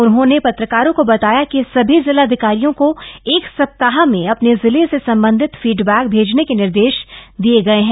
उन्होंने पत्रकारों का बताया कि सभी जिलाधिकारियों का एक सप्ताह में अपने जिले से संबंधित फीडबक्क भेजने के निर्देश दिए गए हैं